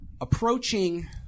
approaching